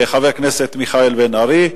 חבר הכנסת מיכאל בן-ארי,